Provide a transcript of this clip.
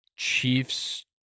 Chiefs